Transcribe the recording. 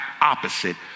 opposite